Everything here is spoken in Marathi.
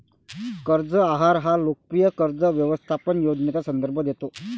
कर्ज आहार हा लोकप्रिय कर्ज व्यवस्थापन योजनेचा संदर्भ देतो